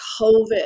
COVID